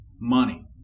Money